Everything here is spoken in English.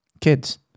kids